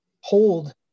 hold